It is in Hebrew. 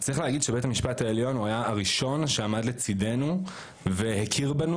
צריך להגיד שבית המשפט העליון הוא היה הראשון שעמד לצידנו והכיר בנו,